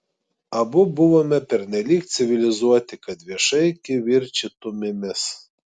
abu buvome pernelyg civilizuoti kad viešai kivirčytumėmės